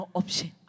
option